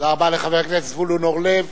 תודה רבה לחבר הכנסת זבולון אורלב.